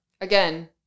Again